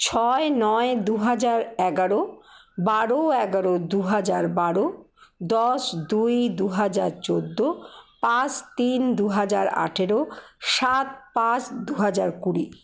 ছয় নয় দুহাজার এগারো বারো এগারো দুহাজার বারো দশ দুই দুহাজার চোদ্দো পাঁচ তিন দু হাজার আঠেরো সাত পাঁচ দুহাজার কুড়ি